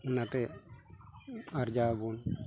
ᱚᱱᱟ ᱟᱨᱡᱟᱣ ᱟᱵᱚᱱ